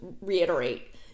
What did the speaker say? reiterate